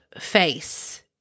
face